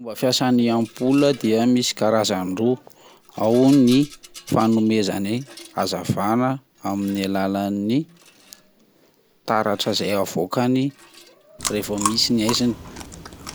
Fomba fiasan'ny ampola dia misy karazany roa ao ny fanomezany hazavana amin'ny alalan'ny taratra izay avaokany revo misy ny haizina